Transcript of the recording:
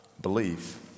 belief